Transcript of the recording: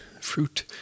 fruit